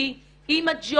מקצועי עם הג'וינט,